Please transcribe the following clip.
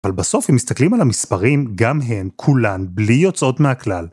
אבל בסוף, אם מסתכלים על המספרים, גם הן כולן, בלי יוצאות מהכלל.